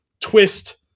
twist